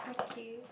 okay